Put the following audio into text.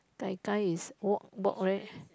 gai-gai is walk walk